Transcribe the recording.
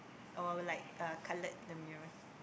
or like coloured the mirror